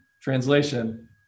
Translation